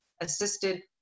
Assisted